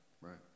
right